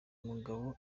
mugabo